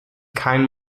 kein